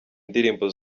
indirimbo